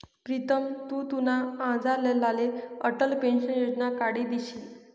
प्रीतम तु तुना आज्लाले अटल पेंशन योजना काढी दिशी